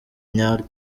nyaryo